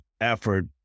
effort